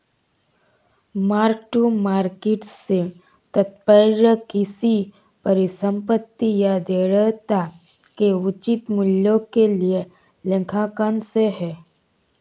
mark to market से तात्पर्य किसी परिसंपत्ति या देयता के उचित मूल्य के लिए लेखांकन से है